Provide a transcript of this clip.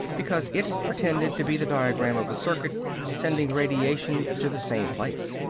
because it pretended to be the diagram of a circuit sending radiation to the same place.